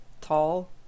tall